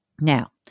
Now